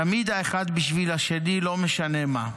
תמיד האחד בשביל השני, לא משנה מה".